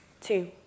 Two